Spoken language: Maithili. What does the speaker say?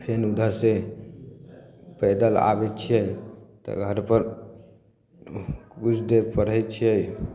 फेन उधरसँ पैदल आबैत छियै घरपर किछु देर पढ़य छियै